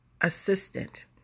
Assistant